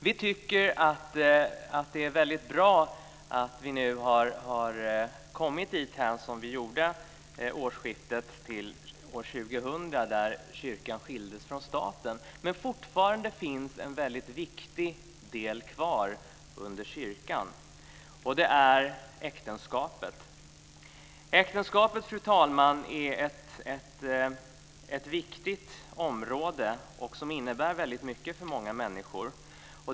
Vi tycker att det är väldigt bra att vi kommit dit vi kom vid årsskiftet 1999/2000 då kyrkan skildes från staten. Men fortfarande finns en väldigt viktig del kvar under kyrkan, nämligen äktenskapet. Äktenskapet, fru talman, är ett viktigt område som innebär väldigt mycket för många människor.